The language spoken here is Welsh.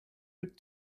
wyt